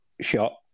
shot